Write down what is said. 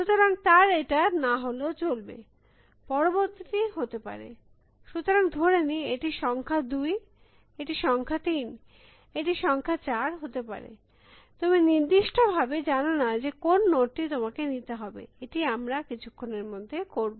সুতরাং তার এটা না হলেও চলবে পরবর্তীটি হতে পারে সুতরাং ধরে নি এটি সংখ্যা 2 এটি সংখ্যা 3 এটি সংখ্যা 4 হতে পারে তুমি নির্দিষ্ট ভাবে জানো না যে কোন নোড টি তোমাকে নিতে হবে এটি আমরা কিছুক্ষণের মধ্যে করব